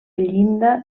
llinda